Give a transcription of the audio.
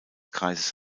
kreises